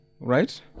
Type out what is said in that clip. right